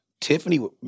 Tiffany